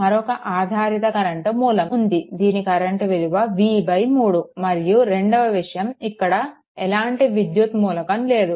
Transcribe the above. మరొక ఆధారిత కరెంట్ మూలం ఉంది దీని కరెంట్ విలువ v3 మరియు రెండవ విషయం ఇక్కడ ఎలాంటి విద్యుత్ మూలకం లేదు